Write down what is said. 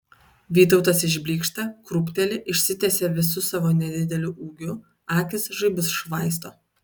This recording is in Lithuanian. vytautas išblykšta krūpteli išsitiesia visu savo nedideliu ūgiu akys žaibus švaisto